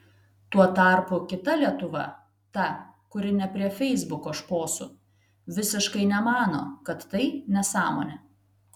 tuo tarpu kita lietuva ta kuri ne prie feisbuko šposų visiškai nemano kad tai nesąmonė